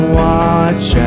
watch